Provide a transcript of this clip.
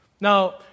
Now